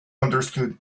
understood